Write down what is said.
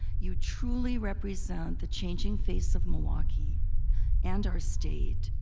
you truly represent the changing face of milwaukee and our state.